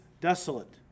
desolate